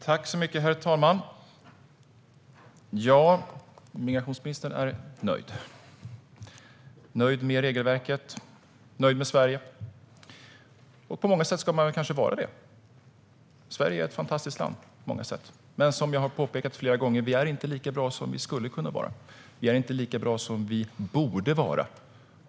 Herr talman! Ja, migrationsministern är nöjd. Han är nöjd med regelverket och nöjd med Sverige. På många sätt ska man kanske vara det. Sverige är ett fantastiskt land på många sätt. Men som jag har påpekat flera gånger: Vi är inte lika bra som vi skulle kunna vara. Vi är inte lika bra som vi borde vara.